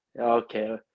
okay